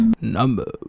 Number